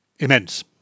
Immense